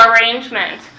arrangement